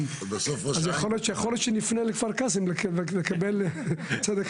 אז יכול להיות שנפנה לכפר קאסם לקבל צדק חלוקתי.